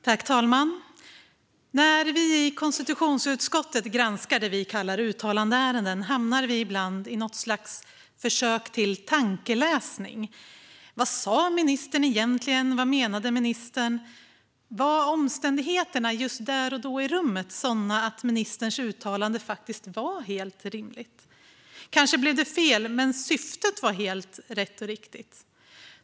Fru talman! När vi i konstitutionsutskottet granskar det vi kallar uttalandeärenden hamnar vi ibland i något slags försök till tankeläsning: Vad sa ministern egentligen? Vad menade ministern? Var omständigheterna just där och då i rummet sådana att ministerns uttalande faktiskt var helt rimligt? Kanske blev det fel, men syftet var helt rätt och riktigt.